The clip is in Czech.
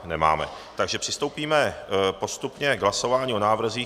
Nemáme, takže přistoupíme postupně k hlasování o návrzích.